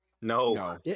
No